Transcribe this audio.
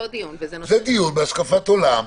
זה דיון בהשקפת עולם.